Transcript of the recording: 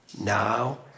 now